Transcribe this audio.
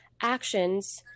actions